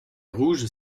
rouges